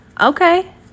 okay